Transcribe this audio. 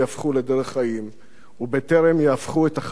ובטרם יהפכו את החיים לבלתי נסבלים.